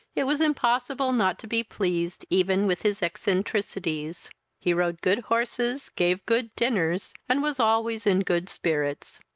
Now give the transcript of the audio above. it was impossible not to be pleased even with his eccentricities he rode good horses, gave good dinners, and was always in good spirits.